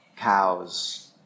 cows